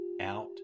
out